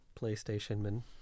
PlayStation-man